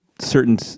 certain